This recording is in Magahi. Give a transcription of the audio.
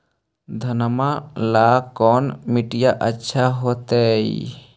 घनमा ला कौन मिट्टियां अच्छा होतई?